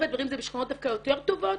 הדברים זה בשכונות דווקא יותר טובות.